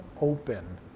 open